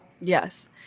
Yes